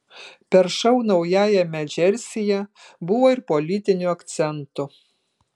per šou naujajame džersyje buvo ir politinių akcentų